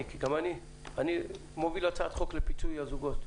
כי אני מוביל הצעת חוק לפיצוי הזוגות.